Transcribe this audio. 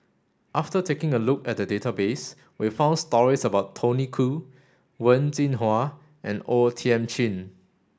after taking a look at the database we found stories about Tony Khoo Wen Jinhua and O Thiam Chin